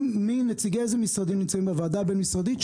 נציגי איזה משרדים נמצאים בוועדה הבין-משרדית,